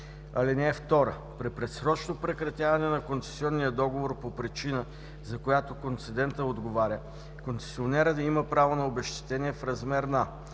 (2) При предсрочно прекратяване на концесионния договор по причина, за която концедентът отговаря, концесионерът има право на обезщетение в размер на: